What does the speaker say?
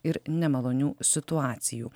ir nemalonių situacijų